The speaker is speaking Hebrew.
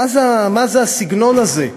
מה זה הסגנון הזה?